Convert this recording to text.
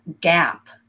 gap